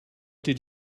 did